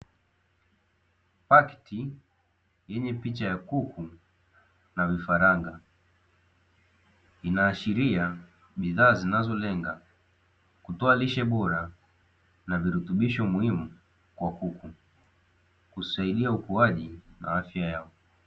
Pakti yenye picha ya kuku na vifaranga inaashiria bidhaa zinazolenga kutoa rishe bora na virutubisho muhimu kwa kuku; husaidia ukuaji na afya ya kuku.